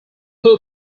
poor